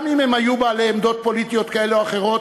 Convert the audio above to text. גם אם הם היו בעלי עמדות פוליטיות כאלה או אחרות,